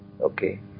Okay